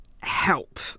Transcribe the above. help